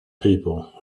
people